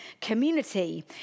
community